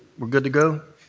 we're good to go?